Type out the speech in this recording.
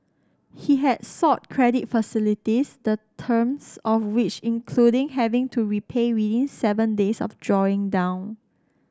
he had sought credit facilities the terms of which including having to repay within seven days of drawing down